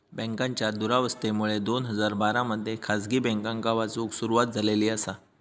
बँकांच्या दुरावस्थेमुळे दोन हजार बारा मध्ये खासगी बँकांका वाचवूक सुरवात झालेली आसा